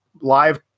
live